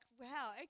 wow